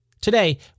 Today